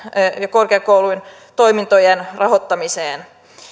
ja korkeakoulun toimintojen rahoittamiseen